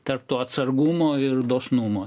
tarp to atsargumo ir dosnumo